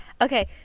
Okay